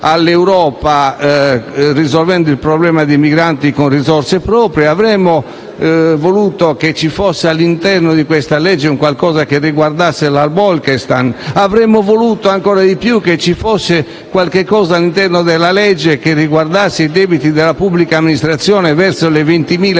all'Europa, risolvendo il problema dei migranti con risorse proprie. Avremmo voluto che ci fosse all'interno di questa legge anche un qualcosa che riguardasse la direttiva Bolkenstein. Avremmo voluto ancora di più che ci fosse qualcosa all'interno della legge che riguardasse i debiti della pubblica amministrazione verso le 20.000